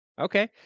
Okay